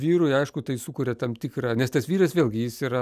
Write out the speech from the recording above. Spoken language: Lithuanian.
vyrui aišku tai sukuria tam tikrą nes tas vyras vėlgi jis yra